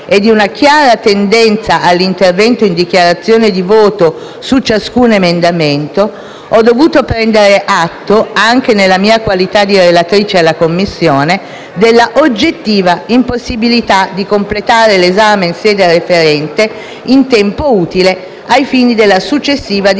e di una chiara tendenza all'intervento in dichiarazione di voto su ciascun emendamento -, ho dovuto prendere atto, anche nella mia qualità di relatrice alla Commissione, della oggettiva impossibilità di completare l'esame in sede referente in tempo utile ai fini della successiva discussione